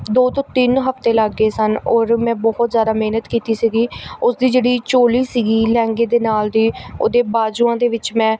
ਦੋ ਤੋਂ ਤਿੰਨ ਹਫ਼ਤੇ ਲੱਗ ਗਏ ਸਨ ਔਰ ਮੈਂ ਬਹੁਤ ਜ਼ਿਆਦਾ ਮਿਹਨਤ ਕੀਤੀ ਸੀਗੀ ਉਸਦੀ ਜਿਹੜੀ ਚੋਲੀ ਸੀਗੀ ਲਹਿੰਗੇ ਦੇ ਨਾਲ ਦੀ ਉਹਦੇ ਬਾਜੂਆਂ ਦੇ ਵਿੱਚ ਮੈਂ